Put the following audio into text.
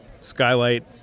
Skylight